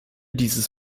dieses